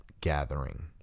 gathering